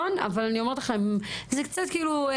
אבל זה קצת כאילו.